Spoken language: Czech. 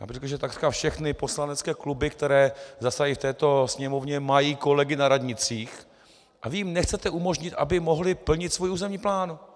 Řekl bych, že takřka všechny poslanecké kluby, které zasedají v této Sněmovně, mají kolegy na radnicích, a vy jim nechcete umožnit, aby mohly plnit svůj územní plán.